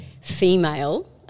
female